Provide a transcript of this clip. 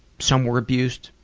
some were abused,